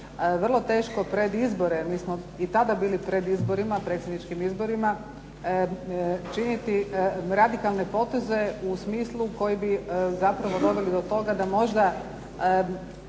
vrlo teško pred izbore, jer i tada smo bili pred predsjedničkim izborima, činiti radikalne poteze u smislu koji bi zapravo doveli do toga da možda